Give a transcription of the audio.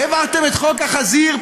העברתם את חוק החזיר,